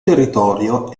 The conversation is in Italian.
territorio